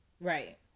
Right